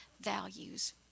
values